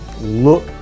look